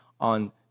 on